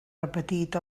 repetit